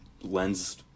lens